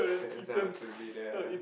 turns out to be the